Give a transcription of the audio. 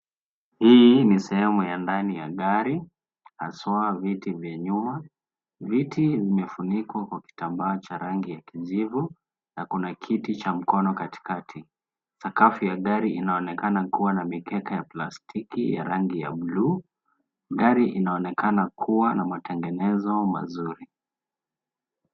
Hii ni sehemu ya ndani ya gari haswa viti vya nyuma. Viti vimefunikwa kwa kitambaa cha rangi ya kijivu na kuna kiti cha mkono katikati. Sakafu ya gari inaonekana kuwa na mikeka ya plastiki ya rangi ya buluu. Gari inaonekana kuwa na matengenezo mazuri.